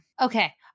Okay